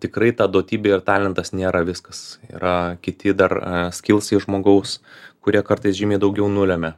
tikrai ta duotybė ir talentas nėra viskas yra kiti dar skilsai žmogaus kurie kartais žymiai daugiau nulemia